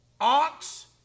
ox